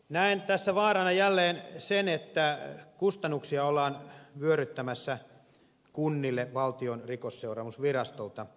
näen tässä vaarana jälleen sen että kustannuksia ollaan vyöryttämässä kunnille valtion rikosseuraamusvirastolta